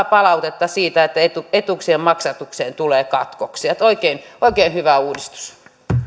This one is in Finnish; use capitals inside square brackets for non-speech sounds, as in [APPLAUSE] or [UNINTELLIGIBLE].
[UNINTELLIGIBLE] palautetta siitä että etuuksien maksatukseen tulee katkoksia niin että oikein hyvä uudistus